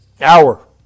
Hour